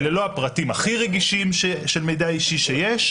אלה לא הפרטים הכי רגישים של מידע אישי שיש,